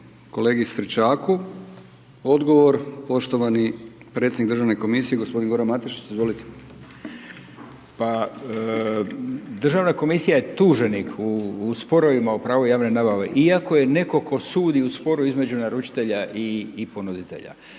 kolegi Stričaku. Odgovor poštovani predsjednik Državne komisije g. Goran Matešić, izvolite. **Matešić, Goran** Pa Državna komisija je tuženik u sporovima o pravu javne nabave iako je netko tko sudi u sporu između naručitelja i ponuditelja,